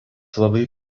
labai